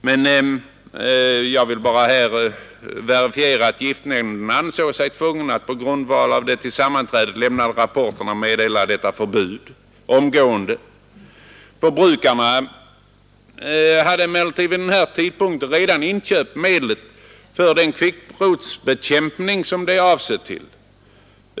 Men jag vill verifiera att giftnämnden ansåg sig tvungen att på grundval av de till sammanträdet lämnade rapporterna meddela detta förbud omgående. Förbrukarna hade emellertid vid denna tidpunkt redan inköpt medlet för den kvickrotsbekämpning som det är avsett till.